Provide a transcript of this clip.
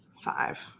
five